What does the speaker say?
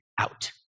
out